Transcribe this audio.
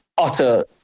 utter